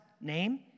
name